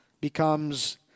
becomes